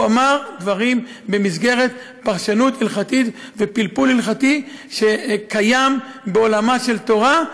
הוא אמר דברים במסגרת פרשנות הלכתית ופלפול הלכתי שקיים בעולמה של תורה,